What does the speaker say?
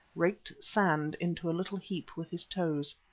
raked sand into a little heap with his toes.